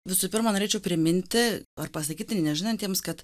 visų pirma norėčiau priminti ar pasakyti nežinantiems kad